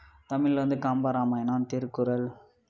தமிழில் வந்து கம்பராமாயணம் திருக்குறள்